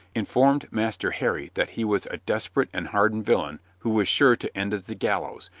informed master harry that he was a desperate and hardened villain who was sure to end at the gallows,